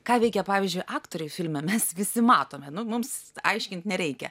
ką veikia pavyzdžiui aktoriai filme mes visi matome nu mums aiškint nereikia